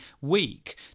weak